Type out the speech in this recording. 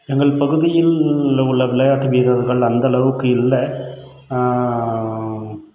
எங்கள் பகுதியில் உள்ள உள்ள விளையாட்டு வீரர்கள் அந்தளவுக்கு இல்லை